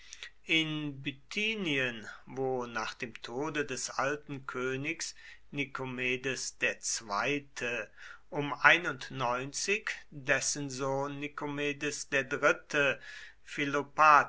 in bithynien wo nach dem tode des alten königs nikomedes il um dessen sohn nikomedes iii